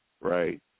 right